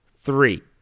three